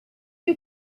you